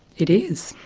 it is.